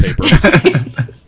paper